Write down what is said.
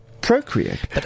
Procreate